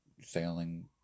sailing